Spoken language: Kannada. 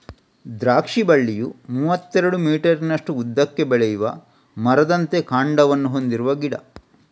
ದ್ರಾಕ್ಷಿ ಬಳ್ಳಿಯು ಮೂವತ್ತೆರಡು ಮೀಟರಿನಷ್ಟು ಉದ್ದಕ್ಕೆ ಬೆಳೆಯುವ ಮರದಂತೆ ಕಾಂಡವನ್ನ ಹೊಂದಿರುವ ಗಿಡ